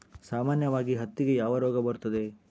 ಸಾಮಾನ್ಯವಾಗಿ ಹತ್ತಿಗೆ ಯಾವ ರೋಗ ಬರುತ್ತದೆ?